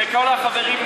וכל החברים,